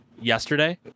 yesterday